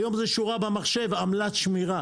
היום זה שורה במחשב עמלת שמירה